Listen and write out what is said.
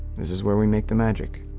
this is where we make the magic.